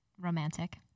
romantic